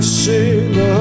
sing